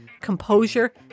composure